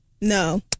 No